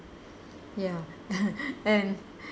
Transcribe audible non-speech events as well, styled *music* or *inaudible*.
ya *laughs* and